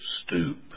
stoop